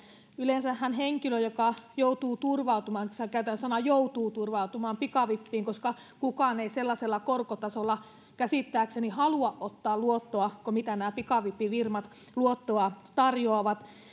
yleensähän henkilöt jotka joutuu turvautumaan käytän sanoja joutuu turvautumaan pikavippiin koska kukaan ei sellaisella korkotasolla käsittääkseni halua ottaa luottoa millä nämä pikavippifirmat luottoa tarjoavat